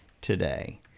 today